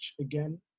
again